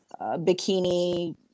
bikini